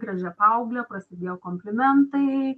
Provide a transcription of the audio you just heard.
gražia paaugle prasidėjo komplimentai